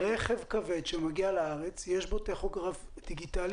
רכב כבד שמגיע לארץ יש בו טכוגרף דיגיטלי